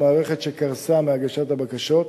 מערכת שקרסה מהגשת הבקשות.